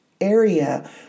area